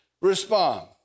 respond